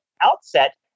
outset